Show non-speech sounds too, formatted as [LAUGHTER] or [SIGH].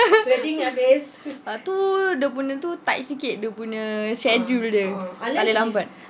[LAUGHS] tu dia punya tu tight sikit dia punya schedule dia tak boleh lambat